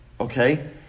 okay